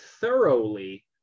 thoroughly